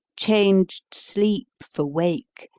changed sleep for wake,